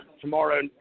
tomorrow